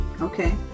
Okay